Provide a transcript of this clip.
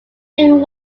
being